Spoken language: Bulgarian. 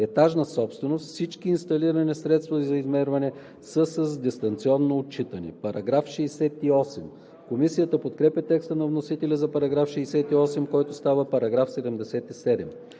етажна собственост, всички инсталирани средства за измерване са с дистанционно отчитане.“ Комисията подкрепя текста на вносителя за § 68, който става § 77.